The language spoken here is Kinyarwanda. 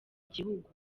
gihugu